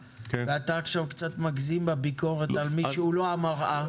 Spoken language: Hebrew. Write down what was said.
ואתה קצת מגזים בביקורת על מי שהוא לא המראה.